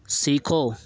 سیکھو